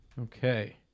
Okay